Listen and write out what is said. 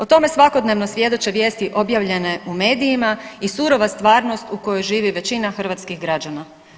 O tome svakodnevno svjedoče vijesti objavljene u medijima i surova stvarnost u kojoj živi većina hrvatskih građana.